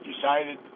decided